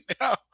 now